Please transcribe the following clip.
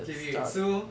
okay wait so